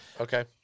Okay